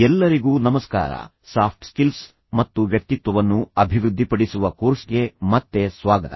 ಎಲ್ಲರಿಗೂ ನಮಸ್ಕಾರ soft skills ಮತ್ತು ವ್ಯಕ್ತಿತ್ವವನ್ನು ಅಭಿವೃದ್ಧಿಪಡಿಸುವ ಕೋರ್ಸ್ಗೆ ಮತ್ತೆ ಸ್ವಾಗತ